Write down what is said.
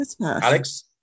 Alex